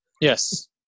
Yes